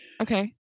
okay